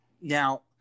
Now